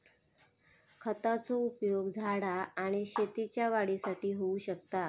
खतांचो उपयोग झाडा आणि शेतीच्या वाढीसाठी होऊ शकता